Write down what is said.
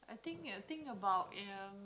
I think I think about